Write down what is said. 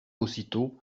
aussitôt